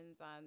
on